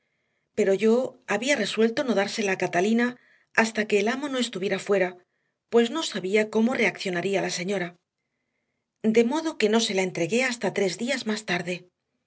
pero yo había resuelto no dársela a catalina hasta que el amo no estuviera fuera pues no sabía cómo reaccionaría la señora de modo que no se la entregué hasta tres días más tarde